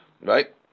Right